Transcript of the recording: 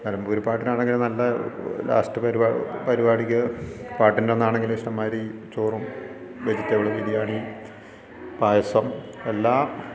നിലമ്പൂർ പാട്ടിനാണെങ്കിലും നല്ല ലാസ്റ്റ് പരി പരിപാടിക്ക് പാട്ടിൻ്റെ അന്നാണെങ്കിലും ഇഷ്ടം മാതിരി ചോറും വെജിറ്റബിൾ ബിരിയാണി പായസം എല്ലാം